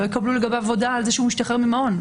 לא יקבלו לגביו הודעה על זה שהוא משתחרר ממעון.